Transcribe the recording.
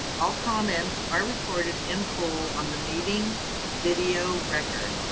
all comments are recorded in full on the meeting video record.